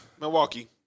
Milwaukee